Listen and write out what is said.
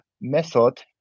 method